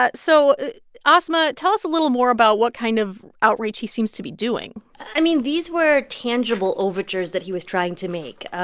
but so asma, tell us a little more about what kind of outreach he seems to be doing i mean, these were tangible overtures that he was trying to make.